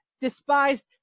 Despised